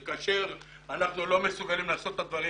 זה כאשר אנחנו לא מסוגלים לעשות את הדברים